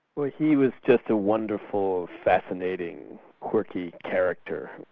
but he was just a wonderful, fascinating, quirky character,